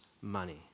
money